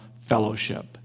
fellowship